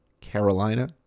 Carolina